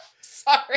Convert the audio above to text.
Sorry